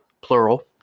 Plural